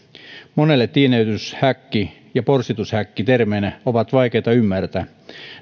monelle tiineytyshäkki ja porsitushäkki termeinä ovat vaikeita ymmärtää